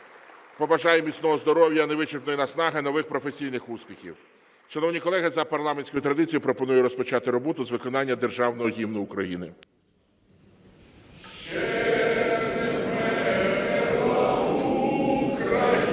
побажаємо міцного здоров'я, невичерпної наснаги, нових професійних успіхів. Шановні колеги, за парламентською традицією пропоную розпочати роботу з виконання Державного Гімну України. (Лунає Державний